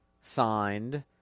signed